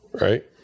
right